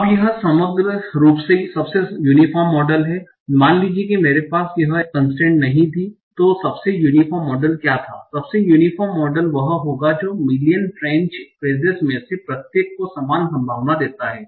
अब यह समग्र रूप से सबसे यूनीफोर्म मॉडल है मान लीजिए कि मेरे पास यह कन्स्ट्रेन्ट नहीं थी तो सबसे यूनीफोर्म मॉडल क्या था सबसे यूनीफोर्म मॉडल वह होगा जो मिलियन फ़्रेंच फ़्रेजेस में से प्रत्येक को समान संभावना देता है